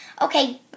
okay